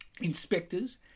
Inspectors